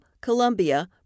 Colombia